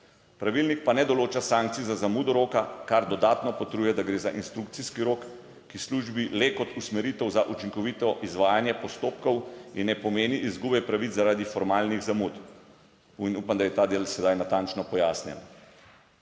Pravilnik pa ne določa sankcij za zamudo roka, kar dodatno potrjuje, da gre za instrukcijski rok, ki služi le kot usmeritev za učinkovito izvajanje postopkov in ne pomeni izgube pravic zaradi formalnih zamud. In upam, da je ta del sedaj natančno pojasnjen.